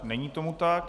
Není tomu tak.